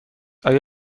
آیا